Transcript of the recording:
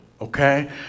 okay